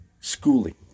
schooling